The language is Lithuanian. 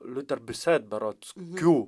liuter bised berods kiū